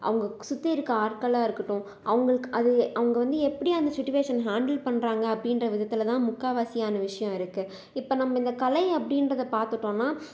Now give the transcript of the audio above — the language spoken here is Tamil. அவங்க சுற்றி இருக்க ஆட்களாக இருக்கட்டும் அவங்களுக்கு அது அவங்க வந்து எப்படி அந்த சுட்டுவேஷன் ஹேண்டில் பண்ணுறாங்க அப்படின்ற விதத்தில் தான் முக்காவாசியான விஷயம் இருக்குது இப்போ நம்ம இந்த கலை அப்படின்றதை பார்த்துட்டோம்னா